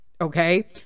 okay